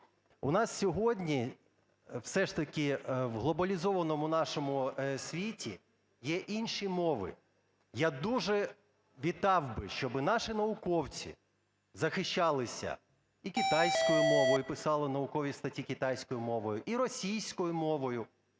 У нас сьогодні все ж таки в глобалізованому нашому світі є інші мови. Я дуже вітав би, щоб наші науковці захищалися і китайською мовою, і писали наукові статті китайською мовою, і російською мовою.